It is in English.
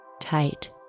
Tight